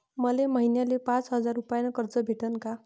मले महिन्याले पाच हजार रुपयानं कर्ज भेटन का?